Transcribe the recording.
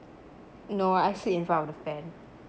no I sleep in front of the fan